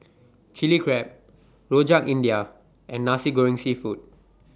Chilli Crab Rojak India and Nasi Goreng Seafood